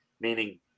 meaning